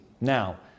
now